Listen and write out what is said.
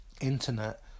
internet